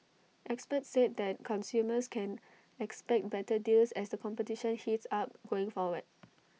experts said that consumers can expect better deals as the competition heats up going forward